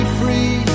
free